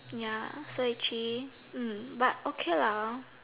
ya so actually mm but okay lah hor